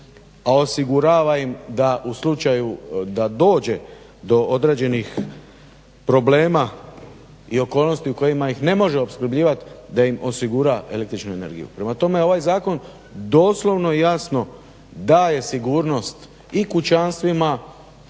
a osigurava im da u slučaju da dođe do određenih problema i okolnosti u kojima ih ne može opskrbljivat da im osigura električnu energiju. Prema tome, ovaj zakon doslovno jasno daje sigurnost i kućanstvima,